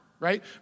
Right